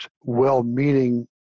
well-meaning